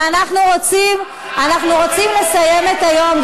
ואנחנו רוצים לסיים את היום.